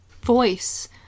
voice